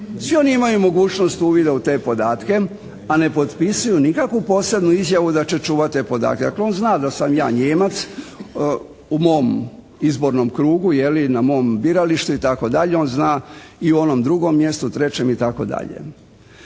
Svi oni imaju mogućnost uvida u te podatke, a ne potpisuju nikakvu posebnu izjavu da će čuvati te podatke. Ako on zna da sam ja Nijemac u mom izbornom krugu, je li, na mom biralištu itd. on zna i o onom drugom mjestu, trećem itd.